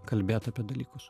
kalbėt apie dalykus